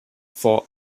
for